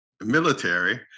military